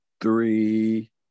three